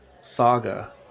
saga